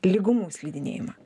lygumų slidinėjimą